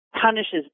punishes